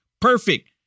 perfect